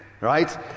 Right